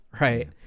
Right